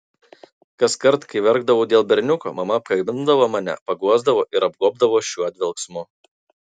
kaskart kai verkdavau dėl berniuko mama apkabindavo mane paguosdavo ir apgobdavo šiuo dvelksmu